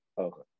Okay